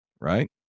right